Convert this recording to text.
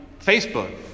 Facebook